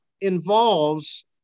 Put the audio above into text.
involves